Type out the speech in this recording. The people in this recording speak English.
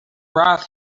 brought